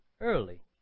early